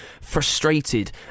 frustrated